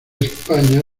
españa